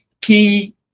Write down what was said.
key